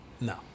No